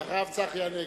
חבר הכנסת צחי הנגבי.